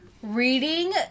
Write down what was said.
Reading